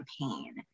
campaign